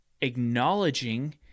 acknowledging